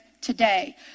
today